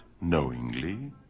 knowingly